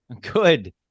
good